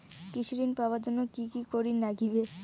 কৃষি ঋণ পাবার জন্যে কি কি করির নাগিবে?